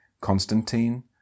Constantine